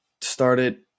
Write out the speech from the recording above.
started